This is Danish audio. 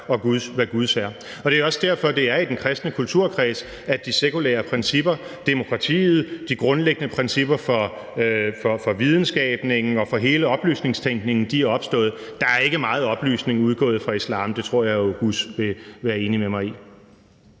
hvad Guds er. Og det er også derfor, det er i den kristne kulturkreds, de sekulære principper, demokratiet, de grundlæggende principper for videnskaben og for hele oplysningstænkningen er opstået. Der er ikke meget oplysning udgået fra islam. Det tror jeg Halime Oguz vil være enig med mig i.